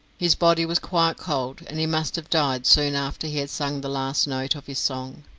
his body was quite cold, and he must have died soon after he had sung the last note of his song.